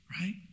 right